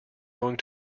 going